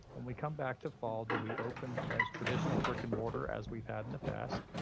when we come back to fall, do we open as traditional brick and mortar as we've had in the past?